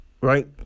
right